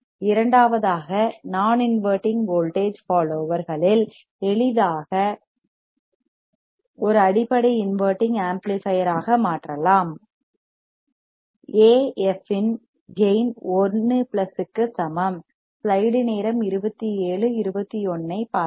இரண்டாவதாக நான் inverting voltage fall over ஐ எளிதாக ஒரு அடிப்படை இன்வெர்ட்டிங் ஆம்ப்ளிபையர் ஆக மாற்றலாம் A f இன் கேயின் 1 பிளஸுக்கு சமம்